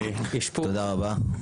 תודה רבה.